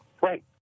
Right